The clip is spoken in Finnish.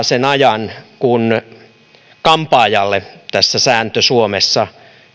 sen ajan kun kampaaja tässä sääntö suomessa